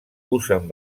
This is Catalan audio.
usen